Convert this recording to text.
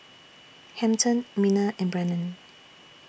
Hampton Minna and Brannon